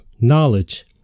knowledge